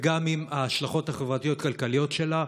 וגם עם ההשלכות החברתיות-כלכליות שלה,